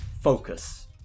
Focus